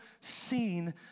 seen